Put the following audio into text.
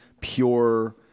pure